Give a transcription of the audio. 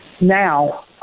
Now